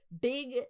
big